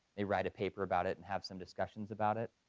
they write a paper about it and have some discussions about it.